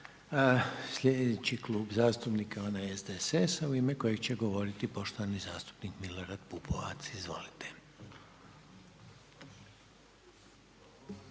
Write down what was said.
Sljedeći Klub zastupnika je onaj SDSS-a u ime kojeg će govoriti poštovani zastupnik Milorad Pupovac. Izvolite.